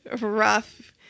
rough